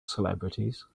celebrities